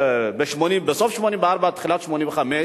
בסוף 1984 תחילת 1985,